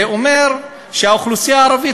זה אומר שהאוכלוסייה הערבית,